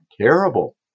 Terrible